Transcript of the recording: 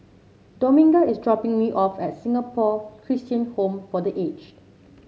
Dominga is dropping me off at Singapore Christian Home for The Aged